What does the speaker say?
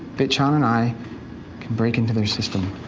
bitchan and i can break into their system.